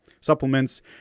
Supplements